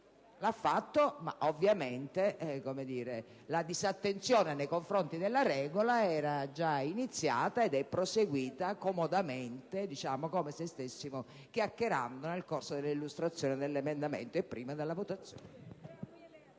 dei lavori, ma la disattenzione nei confronti della regola era già iniziata ed è proseguita comodamente, come se stessimo chiacchierando in fase di illustrazione dell'emendamento e prima della votazione.